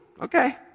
okay